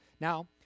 Now